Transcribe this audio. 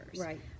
Right